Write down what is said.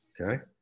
okay